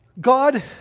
God